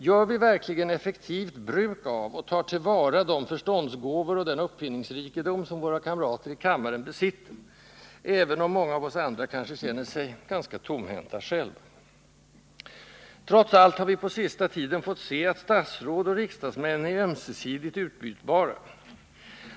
Gör vi verkligen effektivt bruk av —och tar till vara —- de förståndsgåvor och den uppfinningsrikedom som våra kamrater i kammaren besitter — även om många av oss andra kanske känner sig ganska tomhänta själva? Trots allt har vi på sista tiden fått se att statsråd och riksdagsmän är ömsesidigt utbytbara.